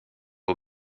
aux